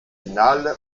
finale